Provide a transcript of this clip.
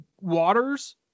waters